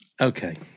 okay